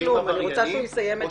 אני רוצה שהוא יסיים את דבריו.